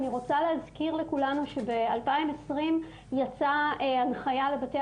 אני רוצה להזכיר לכולנו שב-2020 יצאה הנחייה לבתי